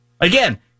Again